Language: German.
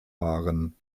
waren